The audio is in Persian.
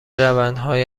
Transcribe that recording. روندهای